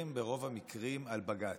אנחנו מדברים ברוב המקרים על בג"ץ,